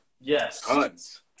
Yes